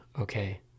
okay